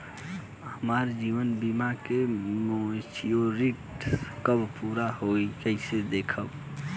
हमार जीवन बीमा के मेचीयोरिटी कब पूरा होई कईसे देखम्?